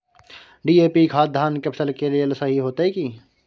DAP खाद धान के फसल के लेल सही होतय की?